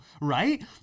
right